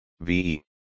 ve